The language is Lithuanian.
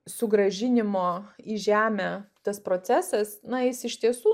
sugrąžinimo į žemę tas procesas na jis iš tiesų